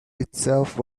itself